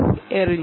ഇത് ബി ഇത് സി